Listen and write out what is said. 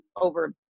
over